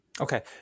Okay